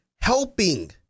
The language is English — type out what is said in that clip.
helping